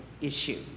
issue